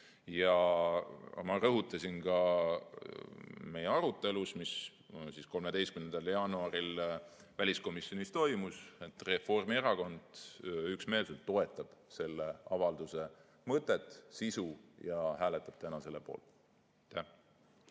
Ma rõhutasin ka meie arutelus, mis 13. jaanuaril väliskomisjonis toimus, et Reformierakond üksmeelselt toetab selle avalduse mõtet ja sisu ning hääletab täna selle poolt.